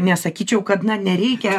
nesakyčiau kad na nereikia